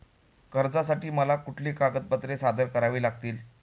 कर्जासाठी मला कुठली कागदपत्रे सादर करावी लागतील?